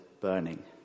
burning